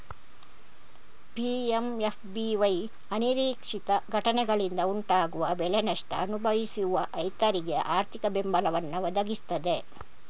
PMFBY ಅನಿರೀಕ್ಷಿತ ಘಟನೆಗಳಿಂದ ಉಂಟಾಗುವ ಬೆಳೆ ನಷ್ಟ ಅನುಭವಿಸುವ ರೈತರಿಗೆ ಆರ್ಥಿಕ ಬೆಂಬಲವನ್ನ ಒದಗಿಸ್ತದೆ